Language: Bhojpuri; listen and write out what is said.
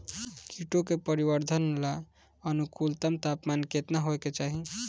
कीटो के परिवरर्धन ला अनुकूलतम तापमान केतना होए के चाही?